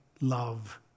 love